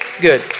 good